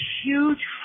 huge